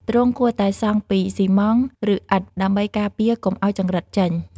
ទ្រុងគួរតែសង់ពី ស៊ីម៉ង់ត៍ ឬ ឥដ្ឋ ដើម្បីការពារកុំឲ្យចង្រិតចេញ។